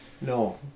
No